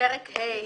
פרק ה'